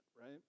right